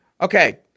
Okay